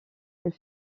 elle